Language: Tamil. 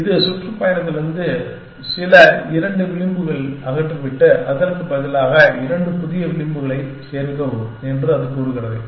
இது சுற்றுப்பயணத்திலிருந்து சில இரண்டு விளிம்புகளை அகற்றிவிட்டு அதற்கு பதிலாக இரண்டு புதிய விளிம்புகளைச் செருகவும் என்று அது கூறுகிறது